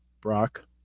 Brock